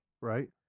Right